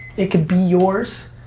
it could be yours.